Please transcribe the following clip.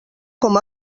com